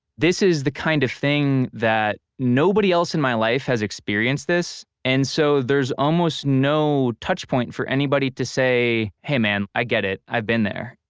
this is the kind of thing that nobody else in my life has experienced this and so there's almost no touch point for anybody to say hey man, i get it. i've been there.